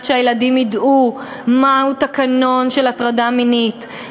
שהילדים ידעו מהו התקנון לגבי הטרדה מינית,